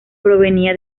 provenía